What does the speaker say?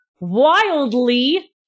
wildly